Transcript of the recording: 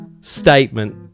statement